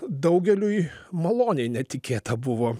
daugeliui maloniai netikėta buvo